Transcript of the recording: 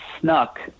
snuck